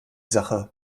sache